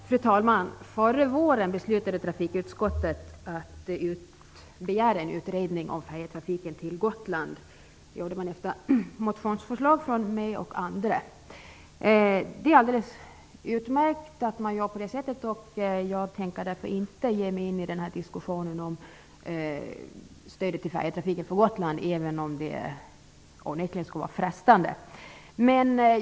Fru talman! Förra våren beslutade trafikutskottet att begära en utredning om färjetrafiken till Gotland efter ett motionsförslag från mig och andra. Det är alldeles utmärkt, och jag tänker därför inte ge mig in i diskussionen om stödet till färjetrafiken till Gotland, även om det onekligen vore frestande.